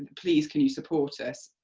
please can you support us?